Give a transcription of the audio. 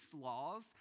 laws